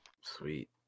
Sweet